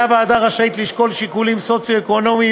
הוועדה רשאית לשקול שיקולים סוציו-אקונומיים,